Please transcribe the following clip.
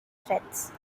threats